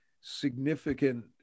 significant